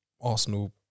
Arsenal